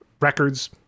records